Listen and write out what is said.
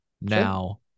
now